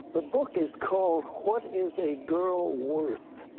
the book is called what is a girl worth?